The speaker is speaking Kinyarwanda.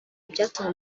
ibyatuma